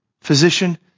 Physician